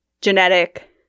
genetic